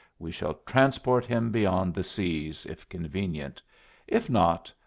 we shall transport him beyond the seas, if convenient if not,